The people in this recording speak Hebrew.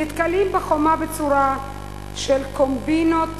נתקלים בחומה בצורה של קומבינות